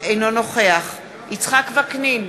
אינו נוכח יצחק וקנין,